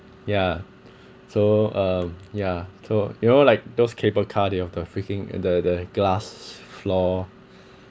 yeah so um yeah so you know like those cable car they have the freaking and the the glass floor